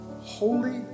Holy